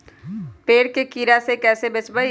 पेड़ के कीड़ा से कैसे बचबई?